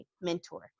mentor